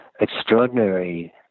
extraordinary